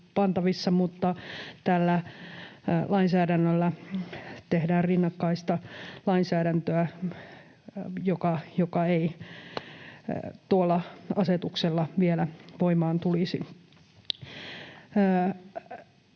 mutta tällä lainsäädännöllä tehdään rinnakkaista lainsäädäntöä, joka ei tuolla asetuksella vielä voimaan tulisi.